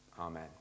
Amen